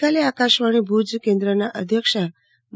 ગઈકાલે આકાશવાણી ભુજ કેન્દ્રના અધ્યક્ષ ડો